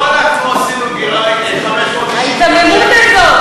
לא עשינו, ההיתממות הזאת.